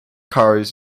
cars